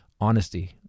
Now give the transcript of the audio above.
honesty